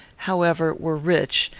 however, were rich,